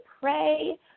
pray